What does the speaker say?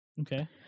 Okay